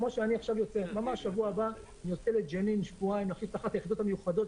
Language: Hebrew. כמו שבשבוע הבא אני יוצא לג'נין לשבועיים עם אחת היחידות המיוחדות,